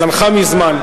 זנחה מזמן.